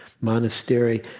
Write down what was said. Monastery